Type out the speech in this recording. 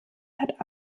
hat